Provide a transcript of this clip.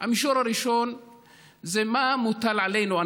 המישור הראשון זה מה שמוטל עלינו,